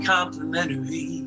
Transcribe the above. complimentary